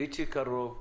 איציק אלרוב,